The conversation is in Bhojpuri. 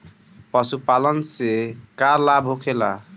पशुपालन से का लाभ होखेला?